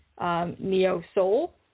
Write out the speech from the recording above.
neo-soul